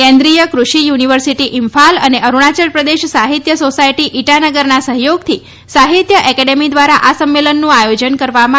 કેન્દ્રીય કૃષિ યુનિવર્સિટી ઈમ્ફાલ અને અરૂણાચલ પ્રદેશ સાહિત્ય સોસાયટી ઈટાનગરનાં સહયોગથી સાહિત્ય એકેડેમી દ્વારા આ સંમેલનનું આયોજન કરવામાં આવ્યું છે